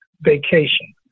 vacation